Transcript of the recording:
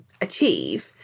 achieve